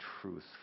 truth